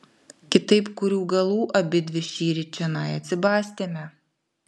kitaip kurių galų abidvi šįryt čionai atsibastėme